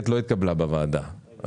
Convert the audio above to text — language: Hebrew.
אנחנו התבקשנו להציג